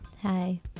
Hi